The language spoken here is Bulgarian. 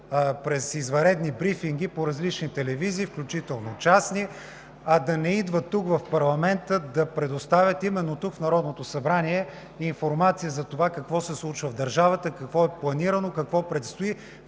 чрез извънредни брифинги по различни телевизии, включително частни, а да не идват в парламента да предоставят именно тук, в Народното събрание, информация за това какво се случва в държавата, какво е планирано, какво предстои,